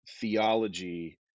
theology